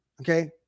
Okay